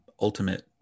ultimate